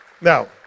Now